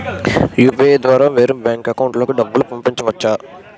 UPI ద్వారా వేరే bank account లోకి డబ్బులు పంపించవచ్చా?